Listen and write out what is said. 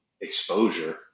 exposure